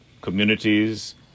communities